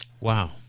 Wow